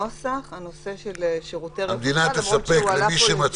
הנושא של שירותי רווחה